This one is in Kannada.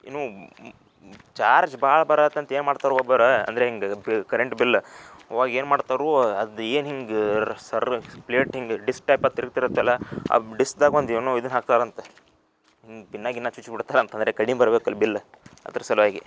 ಇನ್ನೂ ಚಾರ್ಜ್ ಭಾಳ ಬರತ್ತಂತೆ ಏನು ಮಾಡ್ತಾರೆ ಒಬ್ಬರ ಅಂದ್ರೆ ಹಿಂಗೆ ಭೀ ಕರೆಂಟ್ ಬಿಲ್ಲ ಆವಾಗ ಏನು ಮಾಡ್ತಾರೆ ಅದು ಏನು ಹಿಂಗೆ ರಸ್ಸರ್ರ ಪ್ಲೇಟ್ ಹಿಂಗೆ ಡಿಸ್ ಟೈಪ್ ಆಗ ತಿರುಗ್ತಿರುತ್ತಲ್ಲ ಅವು ಡಿಸ್ದಾಗ ಒಂದು ಏನೋ ಒಂದು ಇದು ಹಾಕ್ತಾರಂತೆ ಒಂದು ಪಿನ್ನ ಗಿನ್ನ ಚುಚ್ಬಿಡ್ತಾರಂತ ಅಂದರೆ ಕಡಿಮೆ ಬರ್ಬೇಕಲ್ಲ ಬಿಲ್ ಅದ್ರ ಸಲುವಾಗಿ